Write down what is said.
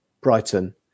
Brighton